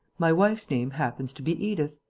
my wife's name happens to be edith.